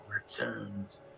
returned